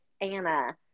Anna